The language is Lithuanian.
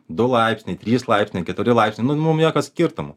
du laipsniai trys laipsniai keturi laipsniai nu mum jokio skirtumo